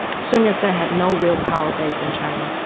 sun yat-sen had no real power base in china